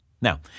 Now